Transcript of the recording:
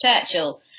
Churchill